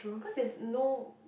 because it has no